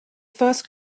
first